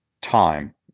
time